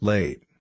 Late